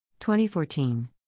2014